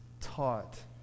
taught